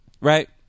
right